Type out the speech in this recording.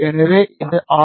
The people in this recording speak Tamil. எனவே இது ஆர்